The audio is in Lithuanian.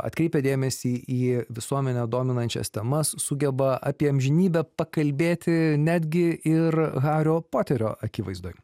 atkreipia dėmesį į visuomenę dominančias temas sugeba apie amžinybę pakalbėti netgi ir hario poterio akivaizdoj